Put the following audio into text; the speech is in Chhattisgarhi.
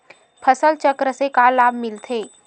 फसल चक्र से का लाभ मिलथे?